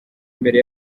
imbere